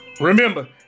Remember